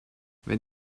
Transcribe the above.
wenn